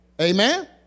Amen